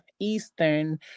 Eastern